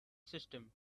system